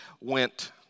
went